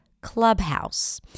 Clubhouse